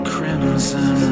Crimson